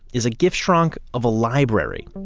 is a giftschrank of a library,